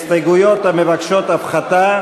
הפחתת